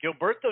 Gilberto